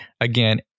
Again